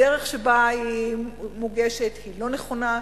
הדרך שבה היא מוגשת היא לא נכונה,